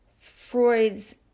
Freud's